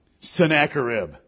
Sennacherib